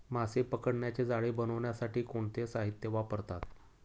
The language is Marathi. मासे पकडण्याचे जाळे बनवण्यासाठी कोणते साहीत्य वापरतात?